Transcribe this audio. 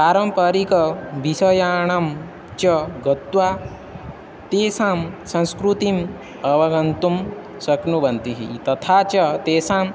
पारम्परिकविषयाणं च गत्वा तेषां संस्कृतिम् अवगन्तुं शक्नुवन्ति तथा च तेषाम्